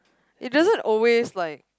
it doesn't always like